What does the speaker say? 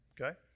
okay